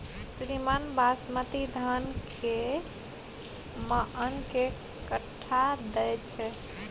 श्रीमान बासमती धान कैए मअन के कट्ठा दैय छैय?